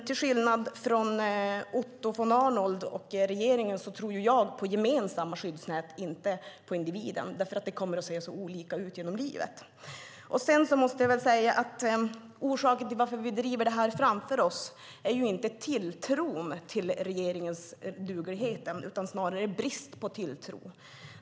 Till skillnad från Otto von Arnold och regeringen tror jag på gemensamma skyddsnät, inte på individuella eftersom det ser så olika ut i livet. Orsaken till att vi driver det här framför oss är inte tilltron till regeringens duglighet, utan snarare bristen på tilltro.